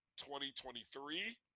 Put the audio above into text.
2023